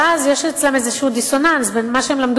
ואז יש אצלם איזשהו דיסוננס בין מה שהם למדו